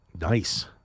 Nice